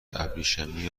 ابریشمی